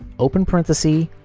open parenthesis,